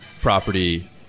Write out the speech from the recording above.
property